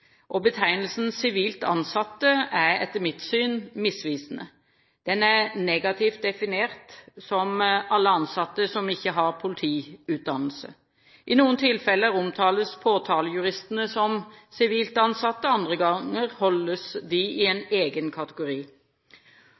Betegnelsen «sivilt ansatte» er etter mitt syn misvisende. Den er negativt definert som alle ansatte som ikke har politiutdannelse. I noen tilfeller omtales påtalejuristene som sivilt ansatte, og andre ganger holdes de i en egen kategori.